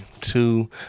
two